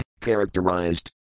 characterized